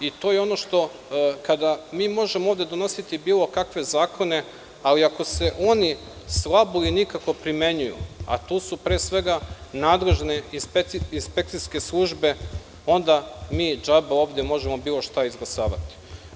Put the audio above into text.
Mi možemo ovde donositi bilo kakve zakone, ali ako se oni slabo i nikako primenjuju, a tu su pre svega nadležne inspekcijske službe, onda mi džaba ovde možemo bilo šta izglasavati.